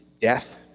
death